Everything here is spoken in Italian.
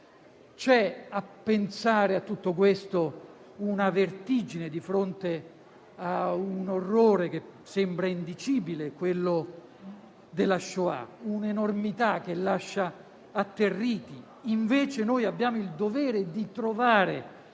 Nel pensare a tutto questo, ci coglie una vertigine di fronte a un orrore che sembra indicibile, quello della *shoah*, un'enormità che lascia atterriti. Invece noi abbiamo il dovere di trovare